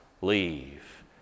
leave